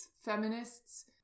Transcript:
feminists